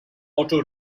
auto